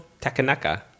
Takanaka